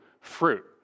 fruit